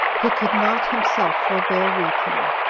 he could not himself forbear weeping.